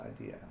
idea